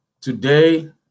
today